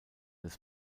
des